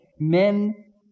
Men